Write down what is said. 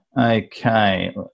okay